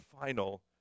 final